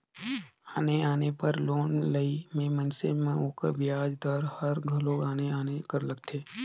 आने आने बर लोन लेहई में मइनसे ल ओकर बियाज दर हर घलो आने आने लगथे